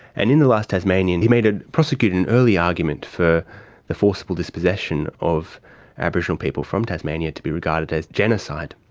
and in the last tasmanian he ah prosecuted an early argument for the forcible dispossession of aboriginal people from tasmania to be regarded as genocide.